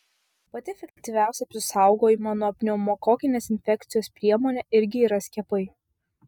pati efektyviausia apsisaugojimo nuo pneumokokinės infekcijos priemonė irgi yra skiepai